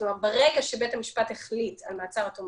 ברגע שבית משפט החליט על מעצר עד תום